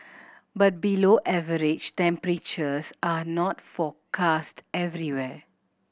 but below average temperatures are not forecast everywhere